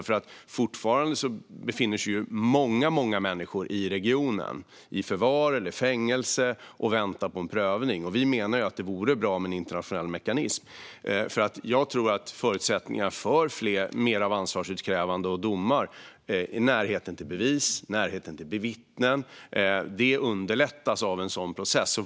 Fortfarande befinner sig nämligen många människor i regionen, i förvar eller i fängelse, som väntar på en prövning. Vi menar att det vore bra med en internationell mekanism. Jag tror att förutsättningen för mer av ansvarsutkrävande och domar är närheten till bevis och vittnen. Det underlättas av en sådan process.